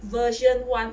version one